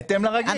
בהתאם לרגיל.